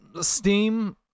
steam